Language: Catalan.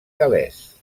gal·lès